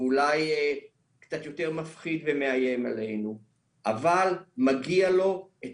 אולי קצת יותר מפחיד ומאיים עלינו אבל מגיע לו את